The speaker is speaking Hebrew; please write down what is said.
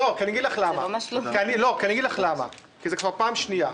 אגיד לך למה, כי זה כבר פעם שנייה.